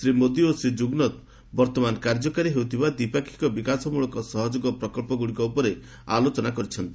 ଶ୍ରୀ ମୋଦି ଓ ଶ୍ରୀ ଜଗୁନଥ୍ ବର୍ତ୍ତମାନ କାର୍ଯ୍ୟକାରୀ ହେଉଥିବା ଦ୍ୱିପାକ୍ଷିକ ବିକାଶ ମୂଳକ ସହଯୋଗ ପ୍ରକଳ୍ପଗୁଡ଼ିକ ଉପରେ ଆଲୋଚନା କରିଛନ୍ତି